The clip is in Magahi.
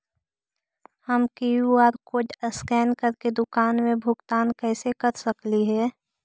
हम कियु.आर कोड स्कैन करके दुकान में भुगतान कैसे कर सकली हे?